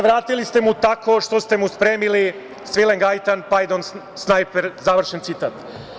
Vratili ste mu tako što ste mu spremili svilen gajtan, pardon, snajper“, završen citat.